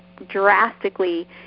drastically